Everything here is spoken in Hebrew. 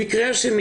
המקרה השני.